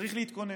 צריך להתכונן.